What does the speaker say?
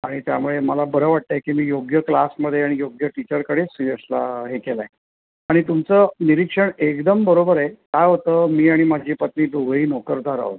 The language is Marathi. आणि त्यामुळे मला बरं वाटतं आहे की मी योग्य क्लासमध्ये आणि योग्य टीचरकडे सुयशला हे केलं आहे आणि तुमचं निरीक्षण एकदम बरोबर आहे काय होतं मी आणि माझी पत्नी दोघंही नोकरदार आहोत